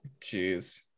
Jeez